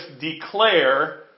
declare